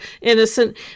innocent